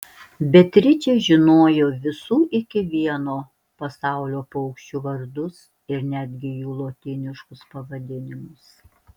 beatričė žinojo visų iki vieno pasaulio paukščių vardus ir netgi jų lotyniškus pavadinimus